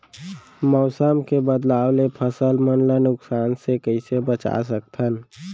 मौसम के बदलाव ले फसल मन ला नुकसान से कइसे बचा सकथन?